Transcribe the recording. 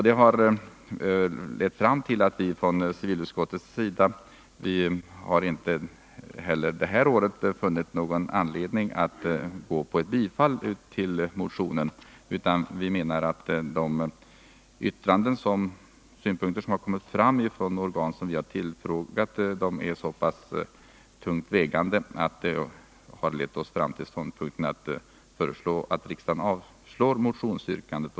Detta har lett fram till att vi i civilutskottet inte heller i år har funnit anledning att tillstyrka motionen. De synpunkter som har framförts av de tillfrågade organen är enligt vår mening tungt vägande, och därför föreslår vi att riksdagen avslår motionsyrkandet.